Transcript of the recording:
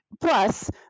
Plus